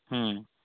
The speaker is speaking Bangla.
হুম